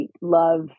love